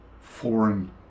foreign